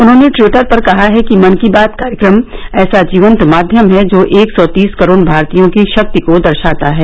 उन्होंने टविटर पर कहा है कि मन की बात कार्यक्रम ऐसा जीवंत माध्यम है जो एक सौ तीस करोड भारतीयों की शक्ति को दर्शाता है